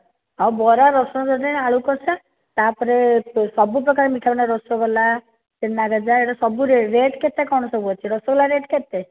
ଆଉ ବରା ରସୁଣ ଚଟଣି ଆଳୁ କଷା ତା'ପରେ ସବୁ ପ୍ରକାର ମିଠା ରସଗୋଲା ଛେନା ଗଜା ଏଇ ଗୁଡ଼ା ସବୁ ରେଟ୍ କେତେ କ'ଣ ଅଛି ସବୁ ରସଗୋଲା ରେଟ୍ କେତେ